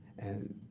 and